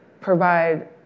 provide